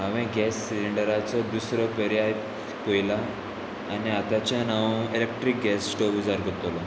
हांवें गॅस सिलिंडराचो दुसरो पेर्याय पयलां आनी आताच्यान हांव इलेक्ट्रीक गॅस स्टोव उजार करतलो